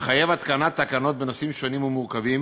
מחייב התקנת תקנות בנושאים שונים ומורכבים,